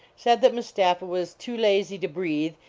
said that mustapha was too lazy to breathe,